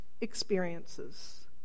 experiences